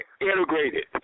integrated